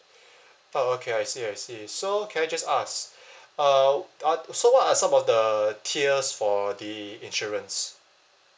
orh okay I see I see so can I just ask uh wa~ uh so what are some of the tiers for the insurance